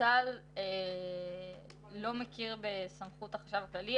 צה"ל לא מכיר בסמכות החשב הכללי,